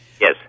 Yes